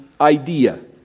idea